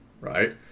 right